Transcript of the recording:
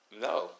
No